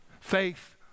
Faith